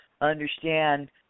understand